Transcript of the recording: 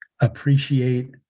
appreciate